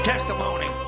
Testimony